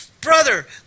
Brother